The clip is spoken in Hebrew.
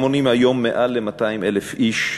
המונים היום יותר מ-200,000 איש,